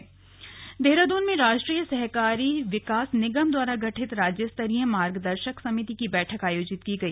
slug बैठक देहरादून देहरादून में राष्ट्रीय सहकारी विकास निगम द्वारा गठित राज्य स्तरीय मार्गदर्शक समिति की बैठक आयोजित की गई